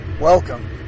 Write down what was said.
Welcome